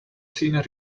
seen